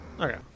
Okay